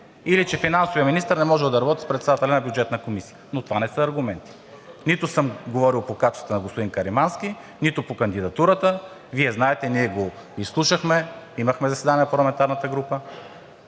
или че финансовият министър не можел да работи с председателя на Бюджетната комисия. Но това не са аргументи. Нито съм говорил по качествата на господин Каримански, нито по кандидатурата. Вие знаете, ние го изслушахме, имахме заседание на парламентарната група,